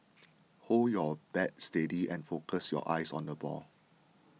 hold your bat steady and focus your eyes on the ball